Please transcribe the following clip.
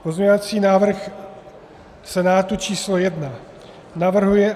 Pozměňovací návrh Senátu číslo jedna navrhuje